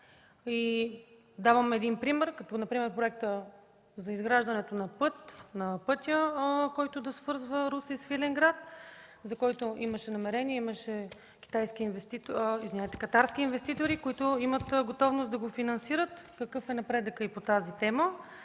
Давам един пример, като проекта за изграждане на пътя, който да свързва Русе и Свиленград, за който имаше намерение, имаше катарски инвеститори, които имат готовност да го финансират – какъв е напредъкът и по тази тема?